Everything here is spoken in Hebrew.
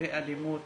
ואלימות